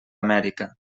amèrica